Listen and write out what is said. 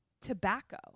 tobacco